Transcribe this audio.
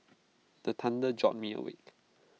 the thunder jolt me awake